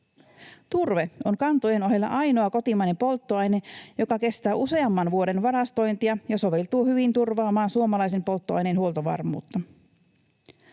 Turve on kantojen ohella ainoa kotimainen polttoaine, joka kestää useamman vuoden varastointia ja soveltuu hyvin turvaamaan suomalaisen polttoaineen huoltovarmuutta.